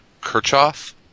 Kirchhoff